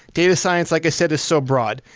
data science, like i said, is so broad.